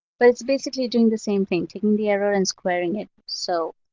but it's basically doing the same thing, taking the error and squaring it. so